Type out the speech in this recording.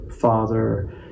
father